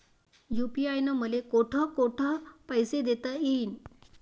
UPI न मले कोठ कोठ पैसे देता येईन?